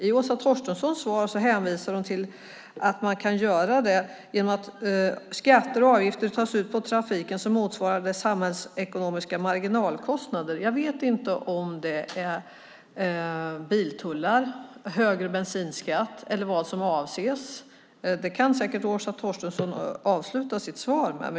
I sitt svar hänvisar Åsa Torstensson till att man kan göra det genom att ta ut skatter och avgifter av trafiken som motsvarar dess samhällsekonomiska marginalkostnader. Jag vet inte om det är biltullar, högre bensinskatt eller vad som avses. Det kan säkert Åsa Torstensson avsluta sitt inlägg med.